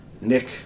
Nick